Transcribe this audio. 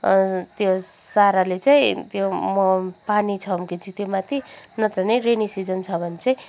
त्यो सहाराले चाहिँ त्यो म पानी छम्किन्छु त्योमाथि नत्र भने रेनी सिजन छ भने चाहिँ